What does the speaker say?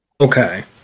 Okay